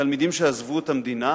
תלמידים שעזבו את המדינה